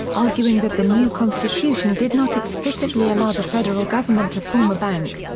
arguing that the new constitution did not explicitly allow the federal government to form a bank.